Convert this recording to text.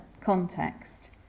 context